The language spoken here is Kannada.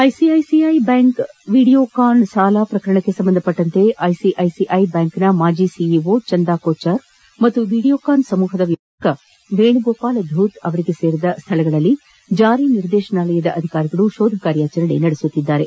ಐಸಿಐಸಿಐ ಬ್ಯಾಂಕ್ ವಿಡಿಯೋಕಾನ್ ಸಾಲ ಪ್ರಕರಣಕ್ಕೆ ಸಂಬಂಧಿಸಿದಂತೆ ಐಸಿಐಸಿಐ ಬ್ಯಾಂಕ್ ನ ಮಾಜಿ ಸಿಇಓ ಚಂದಾ ಕೊಚ್ಚರ್ ಮತ್ತು ವಿಡಿಯೋಕಾನ್ ಸಮೂಹದ ವ್ಯವಸ್ಲಾಪಕ ನಿರ್ದೇಶಕ ವೇಣುಗೋಪಾಲ ಧೂತ್ ಅವರಿಗೆ ಸೇರಿದ ಸ್ಥಳಗಳಲ್ಲಿ ಜಾರಿ ನಿರ್ದೇಶನಾಲಯ ಶೋಧ ಕಾರ್ಯಾಚರಣೆ ನಡೆಸುತ್ತಿದೆ